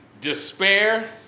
despair